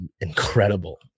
incredible